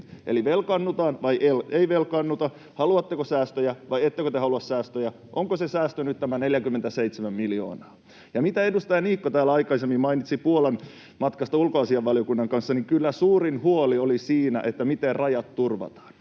Eli velkaannutaan vai ei velkaannuta? Haluatteko säästöjä, vai ettekö te halua säästöjä? Onko se säästö nyt tämä 47 miljoonaa? Kun edustaja Niikko täällä aikaisemmin mainitsi Puolan matkasta ulkoasiainvaliokunnan kanssa, niin kyllä suurin huoli oli siitä, miten rajat turvataan.